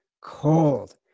cold